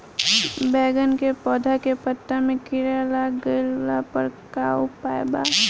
बैगन के पौधा के पत्ता मे कीड़ा लाग गैला पर का उपाय बा?